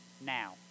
now